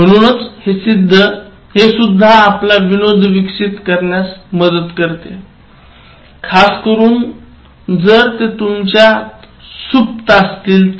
म्हणूनच हे सुद्धा आपला विनोद विकसित करण्यास मदत करते खासकरून जर ते तुमच्यात सुप्त असेल तर